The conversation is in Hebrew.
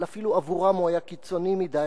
אבל אפילו עבורם הוא היה קיצוני מדי,